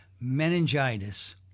meningitis